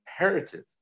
imperative